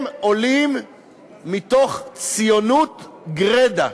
הם עולים מתוך ציונות גרידא,